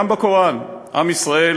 גם בקוראן עם ישראל